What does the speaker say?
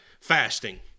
fasting